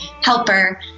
helper